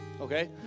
okay